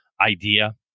idea